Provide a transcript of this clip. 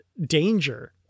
danger